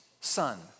son